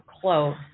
close